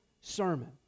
sermon